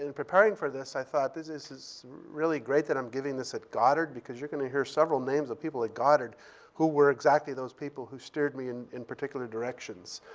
preparing for this, i thought, this this is really great that i'm giving this at goddard because you're gonna hear several names of people at goddard who were exactly those people who steered me and in particular directions.